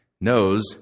knows